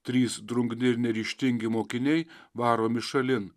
trys drungni ir neryžtingi mokiniai varomi šalin